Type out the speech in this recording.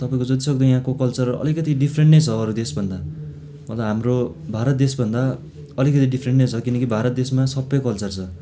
तपाईँको जति सक्दो यहाँको कल्चर अलिकति ड्रिफ्रेन्ट नै छ अरू देशभन्दा मतलब हाम्रो भारत देशभन्दा अलिकति ड्रिफ्रेन्ट नै छ किनकि भारत देशमा सबै कल्चर छ